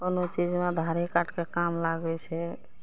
कोनो चीजमे धारे कातके काम लागय छै